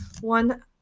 one